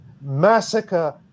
massacre